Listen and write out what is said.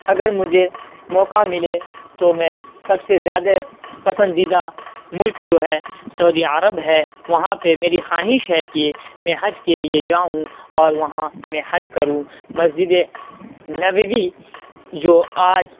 اگر مجھے موقع ملے تو میں سب سے زیادہ پسندیدہ ملک جو ہے سعودیہ عرب ہے وہاں پہ میری خواہش ہے کہ میں حج کے لیے جاؤں اور وہاں میں حج کروں مسجد نووی جو آج